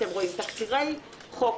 אתם רואים תקצירי חוק.